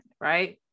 right